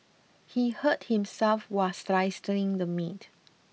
he hurt himself while slicing the meat